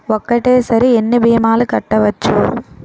ఒక్కటేసరి ఎన్ని భీమాలు కట్టవచ్చు?